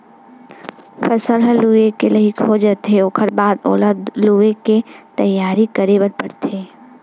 फसल ह लूए के लइक हो जाथे ओखर बाद ओला लुवे के तइयारी करे बर परथे